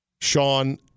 Sean